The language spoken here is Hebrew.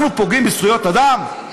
אנחנו פוגעים בזכויות אדם?